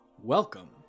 Welcome